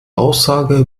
aussage